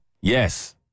yes